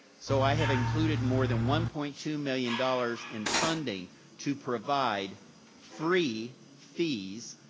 so i have included more than one point two million dollars in funding to provide free fees,